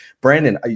Brandon